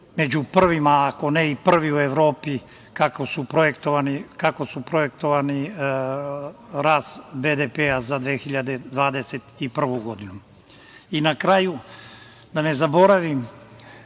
među prvima, ako ne i prvi u Evropi kako je projektovan rast BDP za 2021. godinu. Na kraju, da ne zaboravim,